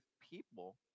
people